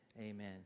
Amen